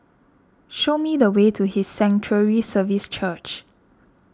show me the way to His Sanctuary Services Church